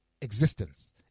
existence